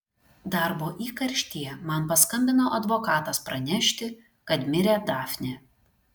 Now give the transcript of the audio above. darbo įkarštyje man paskambino advokatas pranešti kad mirė dafnė